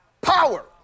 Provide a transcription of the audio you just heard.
Power